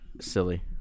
silly